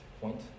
point